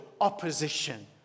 opposition